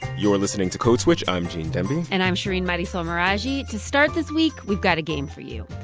you are listening to code switch. i'm gene demby and i'm shereen marisol meraji. to start this week, we've got a game for you.